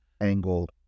angle